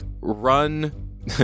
run